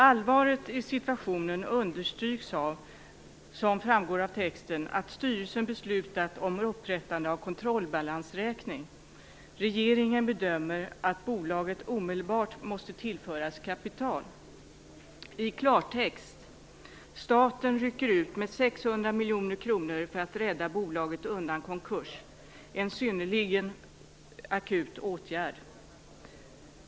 Allvaret i situationen understryks, som framgår av texten, av att styrelsen beslutat om upprättande av kontrollbalansräkning. Regeringen bedömer att bolaget omedelbart måste tillföras kapital. I klartext: Staten rycker ut med 600 miljoner kronor för att rädda bolaget undan konkurs - en synnerligen akut åtgärd.